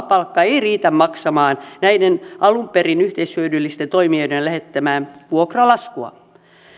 palkka ei riitä maksamaan näiden alun perin yleishyödyllisten toimijoiden lähettämää vuokralaskua